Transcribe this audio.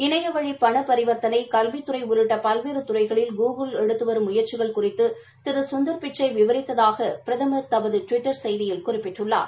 இணைவழி பண பரிவர்த்தனை கல்வித்துறை உள்ளிட்ட பல்வேறு துறைகளில் கூகுல் எடுத்து வரும் முயற்சிகள் குறித்து திரு சுந்தர்பிச்சை விவரித்ததாக பிரதமர் டுவிட்டர் செய்தியில் குறிப்பிட்டுள்ளார்